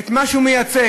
את מה שהוא מייצג,